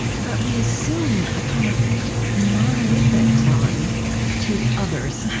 but we assume a kind of monolithic quality to others.